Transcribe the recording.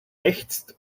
ächzte